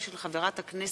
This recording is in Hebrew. האופוזיציה),